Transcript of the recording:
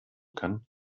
kann